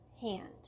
hand